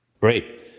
Great